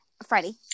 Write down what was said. Freddie